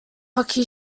hockey